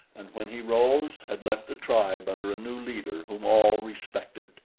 and when he rose, had left the tribe under a new leader whom all respected.